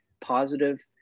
positive